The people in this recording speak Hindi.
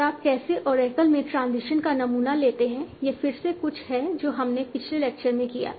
और आप कैसे ओरेकल में ट्रांजिशन का नमूना लेते हैं यह फिर से कुछ है जो हमने पिछले लेक्चर में किया था